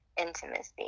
intimacy